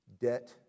debt